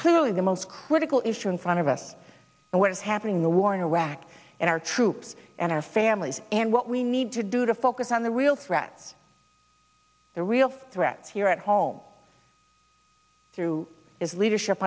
clearly the most critical issue in front of us and what is happening the war in iraq and our troops and our families and what we need to do to focus on the real threat the real threats here at home through is leadership